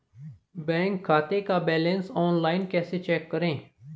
Bank खाते का balance online कैसे चेक करें?